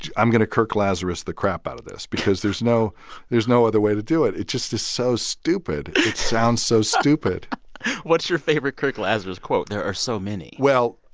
i'm going to kirk lazarus the crap out of this because there's no there's no other way to do it. it just is so stupid. it sounds so stupid what's your favorite kirk lazarus quote? there are so many well,